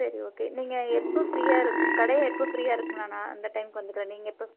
சரி ஓகே நீங்கள் எப்போது ஃப்ரீயாக இருக்குது உங்கள் கடையை எப்போ ஃப்ரீயாக இருக்குதுங்க நான் அந்த டைமுக்கு வந்துக்கிறேன் நீங்கள் எப்போ